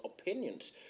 opinions